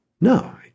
No